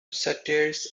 satires